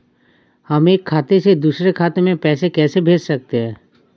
हम एक खाते से दूसरे खाते में पैसे कैसे भेज सकते हैं?